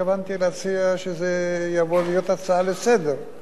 אני התכוונתי להציע שהצעה זאת תעבור להיות הצעה לסדר-היום,